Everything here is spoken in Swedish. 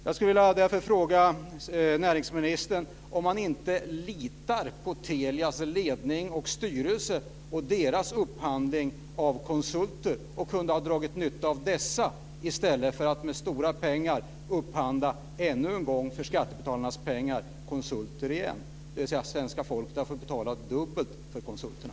Jag skulle därför vilja fråga näringsministern om han inte litar på Telias ledning och styrelse och deras upphandling av konsulter och kunde ha dragit nytta av dessa i stället för att med stora pengar upphandla konsulter ännu en gång för skattebetalarnas pengar. Svenska folket har fått betala dubbelt för konsulterna.